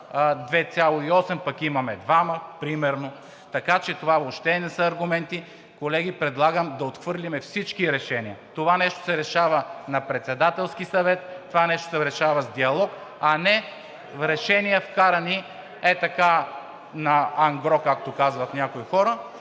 2,8, пък имаме двама, така че това въобще не са аргументи. (Шум и реплики.) Колеги, предлагам да отхвърлим всички решения. Това нещо се решава на Председателски съвет, това нещо се решава с диалог, а не с решения, вкарани ей така на ангро, както казват някои хора